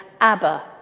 Abba